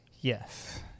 yes